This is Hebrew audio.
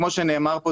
כמו שנאמר כאן,